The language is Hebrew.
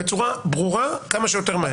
בצורה ברורה כמה שיותר מהר.